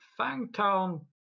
Fangtown